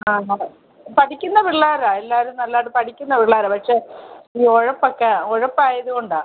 ആ അതെ പഠിക്കുന്ന പിള്ളേരാണ് എല്ലാവരും നല്ലതായിട്ട് പഠിക്കുന്ന പിള്ളേരാണ് പക്ഷെ ഈ ഉഴപ്പൊക്കെ ഉഴപ്പായതുകൊണ്ടാണ്